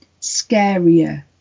scarier